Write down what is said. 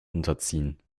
unterziehen